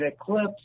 Eclipse